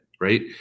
Right